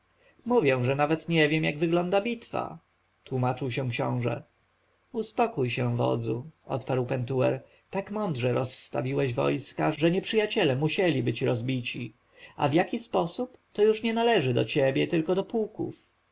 mówię że nawet nie wiem jak wygląda bitwa tłomaczył się książę uspokój się wodzu odparł pentuer tak mądrze rozstawiłeś wojska że nieprzyjaciele musieli być rozbici a w jaki sposób to już nie należy do ciebie tylko do pułków